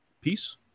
Peace